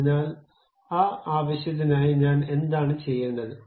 അതിനാൽ ആ ആവശ്യത്തിനായി ഞാൻ എന്താണ് ചെയ്യേണ്ടത്